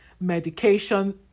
medication